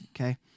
Okay